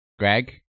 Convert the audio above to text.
Greg